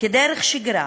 כדרך שגרה,